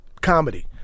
comedy